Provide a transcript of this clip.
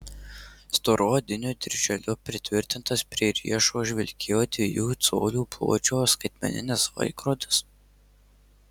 storu odiniu dirželiu pritvirtintas prie riešo žvilgėjo dviejų colių pločio skaitmeninis laikrodis